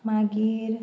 मागीर